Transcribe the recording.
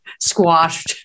squashed